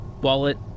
wallet